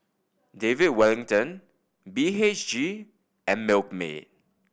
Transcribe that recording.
David Wellington B H G and Milkmaid